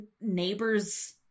neighbors